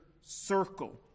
circle